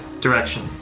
direction